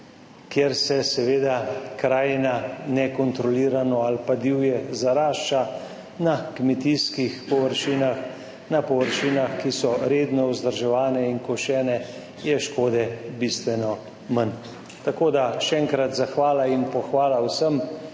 kjer se seveda krajina nekontrolirano ali pa divje zarašča. Na kmetijskih površinah, na površinah, ki so redno vzdrževanein košene, je škode bistveno manj. Tako da še enkrat, že vnaprej zahvala in pohvala vsem,